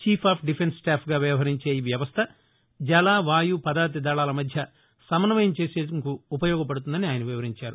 chief of defence స్టాఫ్గా వ్యవహరించే ఈ వ్యవస్థ జల వాయు పదాతి దళాలమధ్య సమన్యయం చేసేందుకు ఉపయోగపడుతుందని ఆయన వివరించారు